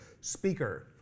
speaker